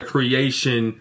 Creation